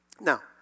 Now